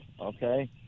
okay